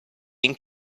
ink